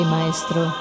Maestro